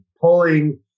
pulling